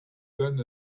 than